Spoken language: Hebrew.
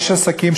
איש עסקים,